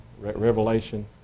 Revelation